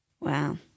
Wow